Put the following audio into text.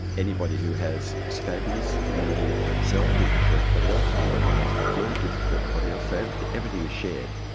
anybody who has scabies in the cell gives it to everybody else. anybody who has the flu gives it to everybody else. so everything everything is shared,